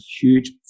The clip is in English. huge